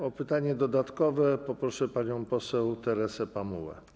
O pytanie dodatkowe poproszę panią poseł Teresę Pamułę.